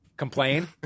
Complain